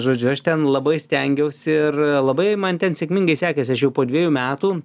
žodžiu aš ten labai stengiausi ir labai man ten sėkmingai sekėsi aš jau po dvejų metų